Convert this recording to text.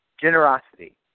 Generosity